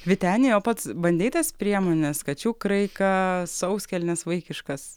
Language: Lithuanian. vyteni o pats bandei tas priemones kačių kraiką sauskelnes vaikiškas